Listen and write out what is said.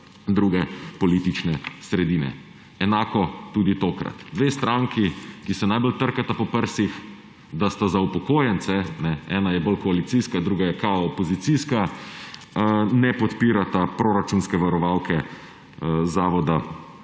druge politične sredine. Enako tudi tokrat. Dve stranki, ki se najbolj trkata po prsih, da sta za upokojence – ena je bolj koalicijska, druga je kao opozicijska –, ne podpirata proračunske varovalke Zavoda